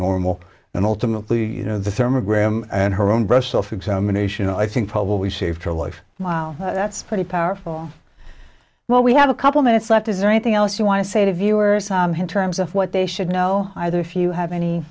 normal and ultimately you know the therma gram and her own breast self examination i think probably saved her life wow that's pretty powerful well we have a couple minutes left is there anything else you want to say to viewers in terms of what they should know either if you have any